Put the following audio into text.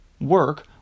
Work